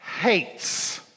hates